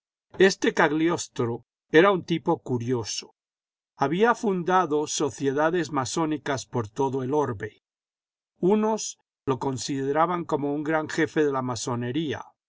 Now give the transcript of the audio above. este cagliostro era un tipo curioso había fundado sociedades masónicas por todo el orbe unos lo consideraban como un gran jefe de la masonería